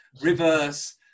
reverse